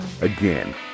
Again